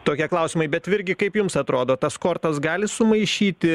tokie klausimai bet virgi kaip jums atrodo tas kortas gali sumaišyti